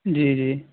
جی جی